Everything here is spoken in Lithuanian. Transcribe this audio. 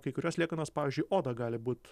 kai kurios liekanos pavyzdžiui oda gali būt